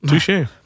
touche